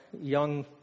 young